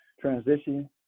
transition